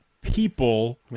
people